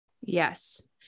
Yes